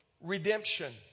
redemption